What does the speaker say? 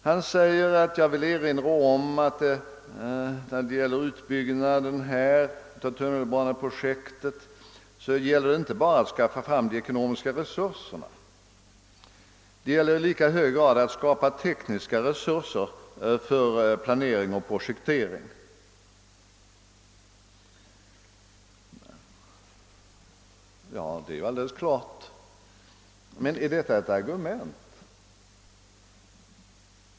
Han säger att han vill erinra om att när det gäller utbyggnaden av tunnelbaneprojekten gäller det inte bara att skaffa fram de ekonomiska resurserna utan i lika hög grad att skapa tekniska resurser för planering och projektering. Ja, det är alldeles klart. Men är detta ett argument?